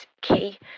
key